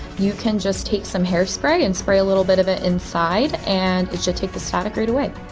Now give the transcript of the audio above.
you can just take some hairspray and spray a little bit of it inside, and it should take the static right away